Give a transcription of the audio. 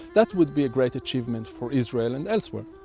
that would be a great achievement for israel and elsewhere.